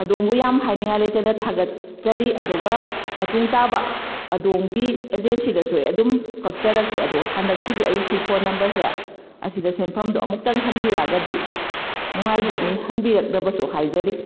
ꯑꯗꯣꯝꯕꯨ ꯌꯥꯝ ꯍꯥꯏꯅꯤꯡꯉꯥꯏ ꯂꯩꯇꯅ ꯊꯥꯒꯠꯆꯔꯤ ꯑꯗꯨꯒ ꯃꯇꯨꯡ ꯇꯥꯕ ꯑꯗꯣꯝꯒꯤ ꯑꯦꯖꯦꯟꯁꯤꯗꯁꯨ ꯑꯩ ꯑꯗꯨꯝ ꯀꯛꯆꯔꯛꯀꯦ ꯑꯗꯣ ꯍꯟꯗꯛꯀꯤꯗꯤ ꯑꯩꯁꯤ ꯐꯣꯟ ꯅꯝꯕꯔꯁꯦ ꯑꯁꯤꯗ ꯁꯦꯟꯐꯝꯗꯣ ꯑꯃꯨꯛꯇꯪ ꯍꯟꯕꯤꯔꯛꯑꯒꯗꯤ ꯅꯨꯡꯉꯥꯏꯖꯅꯤ ꯍꯟꯕꯤꯔꯛꯅꯕꯁꯨ ꯍꯥꯏꯖꯔꯤ